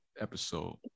episode